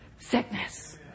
sickness